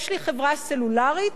יש לי חברה סלולרית,